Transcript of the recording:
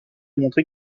démontré